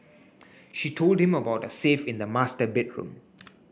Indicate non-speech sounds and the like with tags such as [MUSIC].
[NOISE] she told him about a safe in the master bedroom